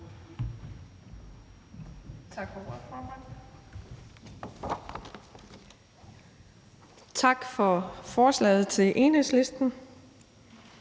Tak for forslaget til Enhedslisten.